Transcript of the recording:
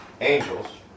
angels